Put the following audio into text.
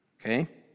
Okay